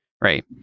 right